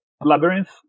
Labyrinth